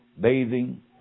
bathing